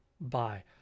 bye